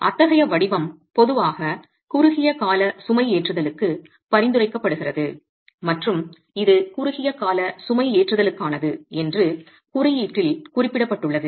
அத்தகைய வடிவம் பொதுவாக குறுகிய கால சுமைஏற்றுதலுக்கு பரிந்துரைக்கப்படுகிறது மற்றும் இது குறுகிய கால சுமைஏற்றுதலுக்கானது என்று குறியீட்டில் குறிப்பிடப்பட்டுள்ளது